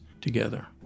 together